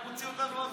הוא מוציא אותנו החוצה.